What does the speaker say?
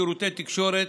שירותי תקשורת,